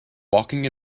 walking